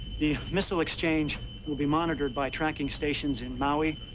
the missile exchange will be monitored by trackinstations in maui,